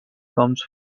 comes